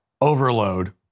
overload